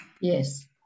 Yes